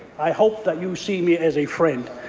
i hope that you see me as a friend.